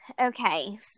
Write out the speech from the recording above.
Okay